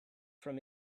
from